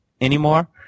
anymore